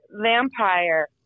vampire